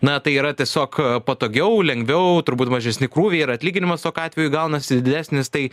na tai yra tiesiog patogiau lengviau turbūt mažesni krūviai ir atlyginimas tokiu atveju gaunasi didesnis tai